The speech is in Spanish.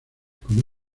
como